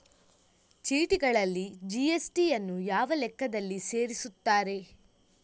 ಚೀಟಿಗಳಲ್ಲಿ ಜಿ.ಎಸ್.ಟಿ ಯನ್ನು ಯಾವ ಲೆಕ್ಕದಲ್ಲಿ ಸೇರಿಸುತ್ತಾರೆ?